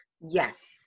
yes